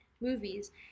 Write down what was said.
movies